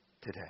today